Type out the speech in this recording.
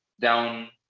down